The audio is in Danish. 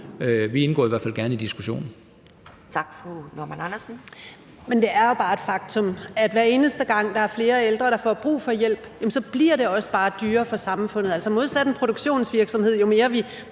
Vi indgår i hvert fald gerne i diskussionen.